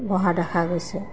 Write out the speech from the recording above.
বঢ়া দেখা গৈছে